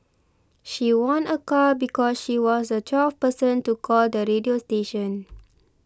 she won a car because she was a twelfth person to call the radio station